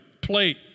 plate